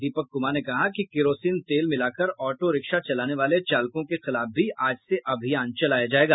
दीपक कुमार ने कहा कि किरोसीन तेल मिलाकर ऑटो रिक्शा चलाने वाले चालकों के खिलाफ भी आज से अभियान चलाया जायेगा